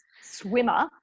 swimmer